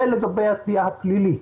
זה לגבי התביעה הפלילית.